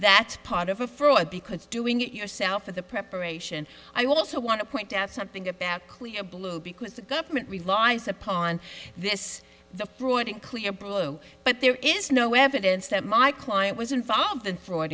that's part of a fraud because doing it yourself or the preparation i also want to point out something about clear blue because the government relies upon this through it in clear blue but there is no evidence that my client was involved the fraud